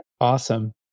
Awesome